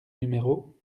numéro